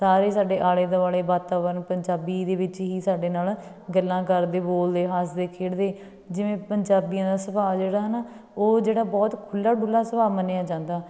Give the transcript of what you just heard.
ਸਾਰੇ ਸਾਡੇ ਆਲੇ ਦੁਆਲੇ ਵਾਤਾਵਰਨ ਪੰਜਾਬੀ ਦੇ ਵਿੱਚ ਹੀ ਸਾਡੇ ਨਾਲ ਗੱਲਾਂ ਕਰਦੇ ਬੋਲਦੇ ਹੱਸਦੇ ਖੇਡਦੇ ਜਿਵੇਂ ਪੰਜਾਬੀਆਂ ਦਾ ਸੁਭਾਅ ਜਿਹੜਾ ਹਨਾ ਉਹ ਜਿਹੜਾ ਬਹੁਤ ਖੁੱਲ੍ਹਾ ਡੁੱਲ੍ਹਾ ਸੁਭਾਅ ਮੰਨਿਆ ਜਾਂਦਾ